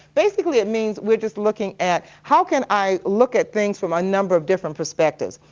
basically it means we are just looking at, how can i look at things from a number of different perspectives.